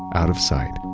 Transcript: out of sight,